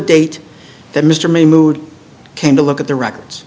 date that mr may mood came to look at the records